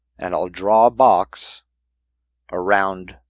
and i'll draw a box around